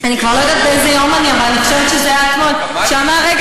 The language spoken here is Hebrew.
אני כבר לא יודעת באיזה יום אני,